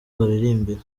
baririmbira